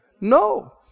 No